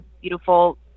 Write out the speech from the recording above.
beautiful